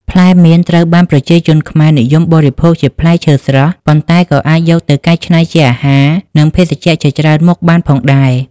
ផ្លែមៀន ត្រូវបានប្រជាជនខ្មែរនិយមបរិភោគជាផ្លែឈើស្រស់ ប៉ុន្តែក៏អាចយកទៅកែច្នៃជាអាហារ និងភេសជ្ជៈជាច្រើនមុខបានផងដែរ។